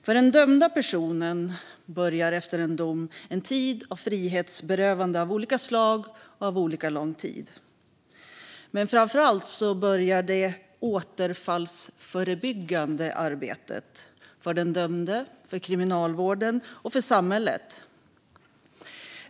För den dömda personen börjar, efter dom, en tid av frihetsberövande av olika slag och olika lång tid. Framför allt börjar det återfallsförebyggande arbetet - för den dömde, för kriminalvården och för samhället.